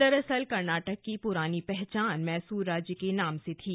दरअसल कर्नाटक की पुरानी पहचान मैसूर राज्य के नाम से थी